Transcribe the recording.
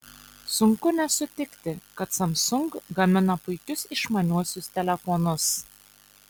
sunku nesutikti kad samsung gamina puikius išmaniuosius telefonus